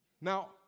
Now